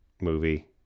movie